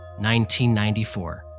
1994